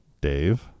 Dave